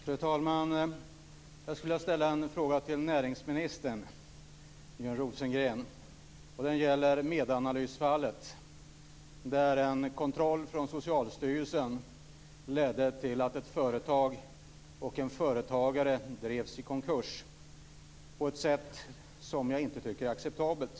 Fru talman! Jag vill ställa en fråga till näringsminister Björn Rosengren. Den gäller Medanalysfallet, där en kontroll från Socialstyrelsen ledde till att ett företag och en företagare drevs i konkurs på ett sätt som jag inte tycker är acceptabelt.